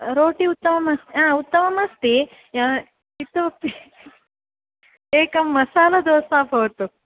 रोटि उत्तमम् हा उत्तमम् अस्ति इतोऽपि एकं मसाला दोसा भवतु